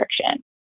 restriction